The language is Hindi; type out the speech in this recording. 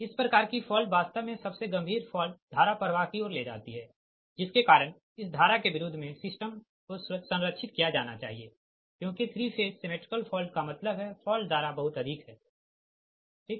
इस प्रकार की फॉल्ट वास्तव में सबसे गंभीर फॉल्ट धारा प्रवाह की ओर ले जाती है जिसके कारण इस धारा के विरुद्ध मे सिस्टम को संरक्षित किया जाना चाहिए क्योंकि 3 फेज सिमेट्रिकल फॉल्ट का मतलब है फॉल्ट धारा बहुत अधिक है ठीक